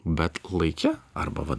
bet laike arba va